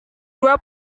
dua